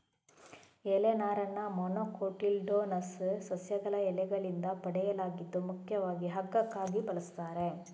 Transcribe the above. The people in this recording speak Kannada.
ಎಲೆ ನಾರನ್ನ ಮೊನೊಕೊಟಿಲ್ಡೋನಸ್ ಸಸ್ಯಗಳ ಎಲೆಗಳಿಂದ ಪಡೆಯಲಾಗಿದ್ದು ಮುಖ್ಯವಾಗಿ ಹಗ್ಗಕ್ಕಾಗಿ ಬಳಸ್ತಾರೆ